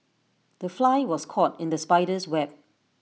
the fly was caught in the spider's web